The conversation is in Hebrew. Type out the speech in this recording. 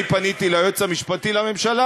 אני פניתי ליועץ המשפטי לממשלה,